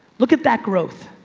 look at that growth.